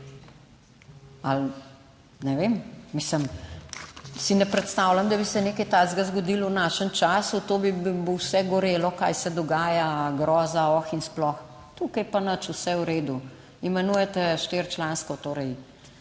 Ali, ne vem, mislim, si ne predstavljam, da bi se nekaj takega zgodilo v našem času, to bi vse gorelo, kaj se dogaja, groza, oh in sploh, tukaj pa nič, vse v redu. Imenujete štiričlansko, torej,